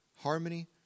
Harmony